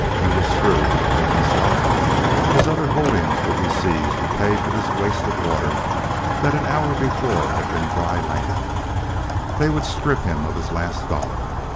he was through, he told himself his other holdings would be seized to pay for this waste of water that an hour before had been dry land they would strip him of his last dollar.